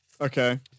Okay